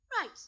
Right